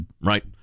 Right